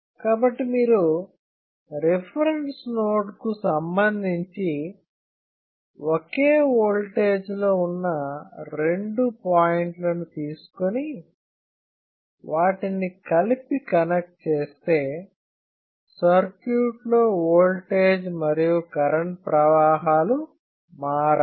కాబట్టి మీరు రెఫరెన్స్ నోడ్కు సంబంధించి ఒకే ఓల్టేజ్లో ఉన్న రెండు పాయింట్లను తీసుకుని వాటిని కలిపి కనెక్ట్ చేస్తే సర్క్యూట్లలో వోల్టేజీ మరియు కరెంటు ప్రవాహాలు మారవు